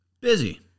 Busy